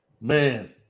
man